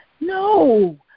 no